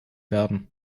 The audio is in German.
werden